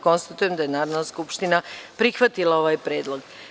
Konstatujem da je Narodna skupština prihvatila ovaj predlog.